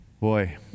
Boy